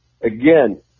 again